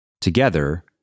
Together